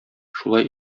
шулай